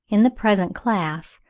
in the present class,